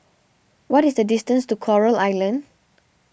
what is the distance to Coral Island